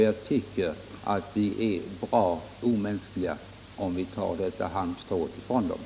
Jag tycker att vi är bra omänskliga om vi tar ifrån dem detta halmstrå.